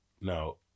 No